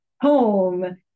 home